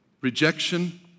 rejection